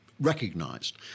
recognized